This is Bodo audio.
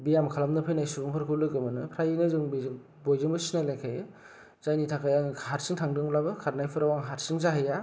भेयाम खालामनो फैनाय सुबुंफोरखौ लोगो मोनो फ्रायानो जोङो बयजोंबो सिनायलायखायो जायनि थाखाय आं हारसिं थांदोंब्लाबो खारनायफोराव आं हारसिं जाहैया